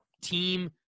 team